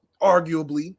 arguably